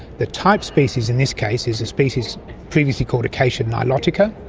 the type species in this case is a species previously called acacia nilotica,